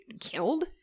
killed